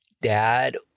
dad